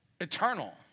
Eternal